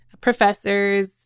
professors